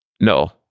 No